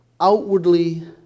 outwardly